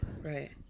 Right